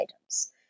items